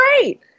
great